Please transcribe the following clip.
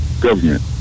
government